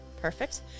Perfect